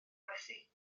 werthu